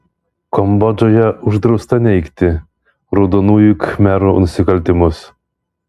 kambodžoje uždrausta neigti raudonųjų khmerų nusikaltimus